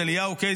את אליהו קיי,